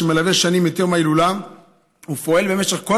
שמלווה שנים את יום ההילולה ופועל במשך כל